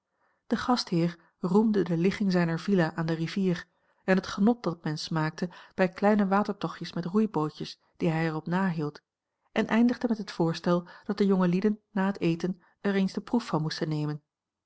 de gastheer roemde de ligging zijner villa aan de rivier en het genot dat men smaakte bij kleine watertochtjes met roeibootjes die hij er op nahield en eindigde met het voorstel dat de jongelieden na het eten er eens de proef van moesten nemen